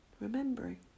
remembering